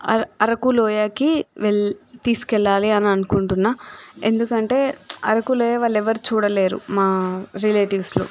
అ అరకు లోయకి వెల్ తిసుకువెళ్ళాలి అని అనుకుంటున్నాను ఎందుకు అంటే అరకు లోయ వాళ్ళు ఎవరు చూడలేరు మా రిలేటివ్స్లో